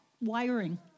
wiring